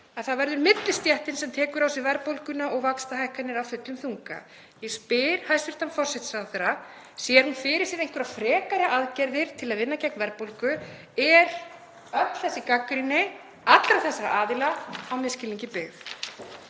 að það verður millistéttin sem tekur á sig verðbólguna og vaxtahækkanir af fullum þunga. Ég spyr hæstv. forsætisráðherra: Sér hún fyrir sér einhverjar frekari aðgerðir til að vinna gegn verðbólgu? Er öll þessi gagnrýni allra þessara aðila á misskilningi byggð?